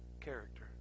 character